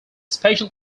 special